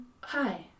hi